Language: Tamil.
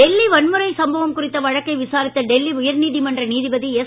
டெல்லி வன்முறை சம்பவம் குறித்த வழக்கை விசாரித்த டெல்லி உயர் நீதிமன்ற நீதிபதி எஸ்